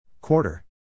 Quarter